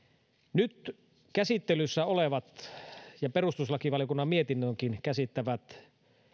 nyt käsittelyssä olevat ja perustuslakivaliokunnan mietinnönkin käsittämät